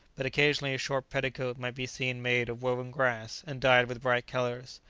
but occasionally a short petticoat might be seen made of woven grass and dyed with bright colours.